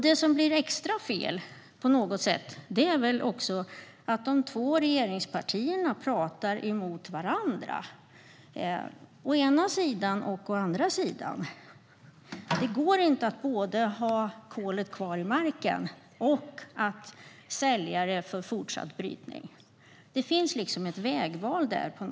Det som på något sätt blir extra fel är att de båda regeringspartierna talar emot varandra - å ena sidan och å andra sidan. Det går inte att både ha kolet kvar i marken och att sälja det för fortsatt brytning. Det finns ett vägval där.